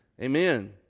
Amen